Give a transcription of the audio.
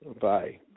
Bye